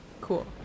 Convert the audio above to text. Cool